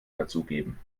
dazugeben